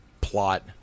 plot